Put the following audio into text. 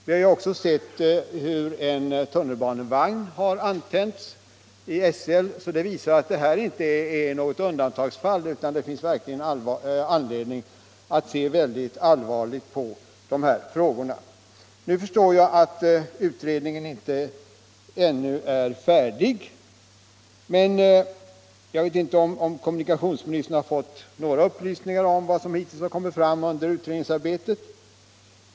Vi har också läst att en tunnelbanevagn i Stockholm antänts. Det visar alltså att den nu aktuella bussbranden inte är något undantagsfall, och det finns all anledning att se allvarligt på dessa frågor. Nu förstår jag att utredningen ännu inte är färdig, och jag vet inte om kommunikationsministern fått några upplysningar om vad som hittills kommit fram under utredningsarbetet.